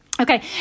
Okay